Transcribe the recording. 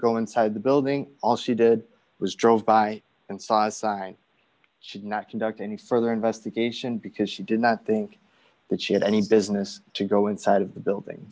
go inside the building all she did was drove by and saw a sign should not conduct any further investigation because she did not think that she had any business to go inside of the building